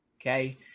okay